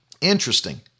Interesting